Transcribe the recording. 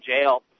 jail